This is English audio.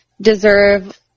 deserve